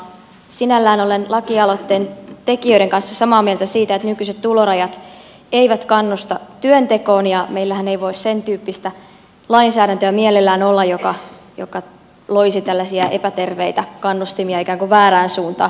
sinällään olen lakialoitteen tekijöiden kanssa samaa mieltä siitä että nykyiset tulorajat eivät kannusta työntekoon ja meillähän ei voi sen tyyppistä lainsäädäntöä mielellään olla joka loisi tällaisia epäterveitä kannustimia ikään kuin väärään suuntaan